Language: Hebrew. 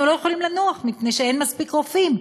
אנחנו לא יכולים לנוח מפני שאין מספיק רופאים.